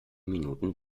minuten